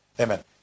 Amen